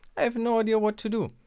i have no idea what to do.